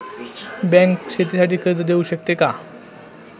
Bank शेतीसाठी कर्ज देऊ शकते का?